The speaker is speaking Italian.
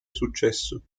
successo